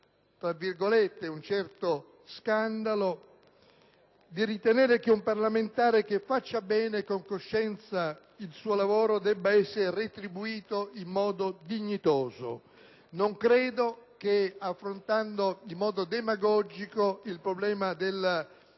di suscitare un certo «scandalo», di ritenere che un parlamentare che faccia bene e con coscienza il suo lavoro debba essere retribuito in modo dignitoso. Non credo che, affrontando in modo demagogico il problema della